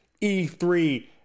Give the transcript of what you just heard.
e3